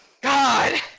God